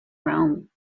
rome